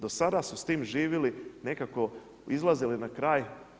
Do sada su s tim živjeli, nekako izlazili na kraj.